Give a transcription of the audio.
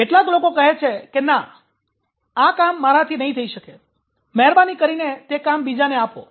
કેટલાક લોકો કહે છે કે ના આ કામ મારાથી નહીં થઈ શકે મહેરબાની કરીને તે કામ બીજાને આપો